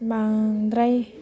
बांद्राय